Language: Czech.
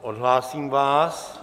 Odhlásím vás.